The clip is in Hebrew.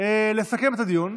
לסכם את הדיון.